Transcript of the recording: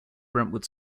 brentwood